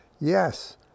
Yes